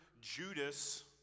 Judas